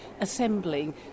assembling